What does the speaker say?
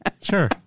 sure